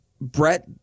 Brett